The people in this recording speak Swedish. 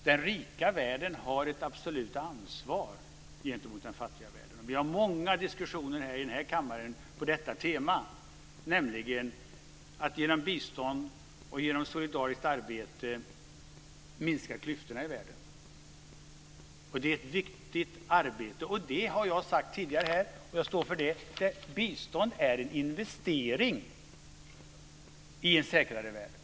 Den rika världen har ett absolut ansvar gentemot den fattiga världen. Vi har haft många diskussioner här i kammaren på detta tema, att genom bistånd och solidariskt arbete minska klyftorna i världen. Det är ett viktigt arbete. Det har jag sagt tidigare här, och jag står för det. Bistånd är en investering i en säkrare värld.